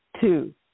Two